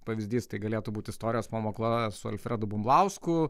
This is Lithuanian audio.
pavyzdys tai galėtų būt istorijos pamoka su alfredu bumblausku